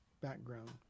background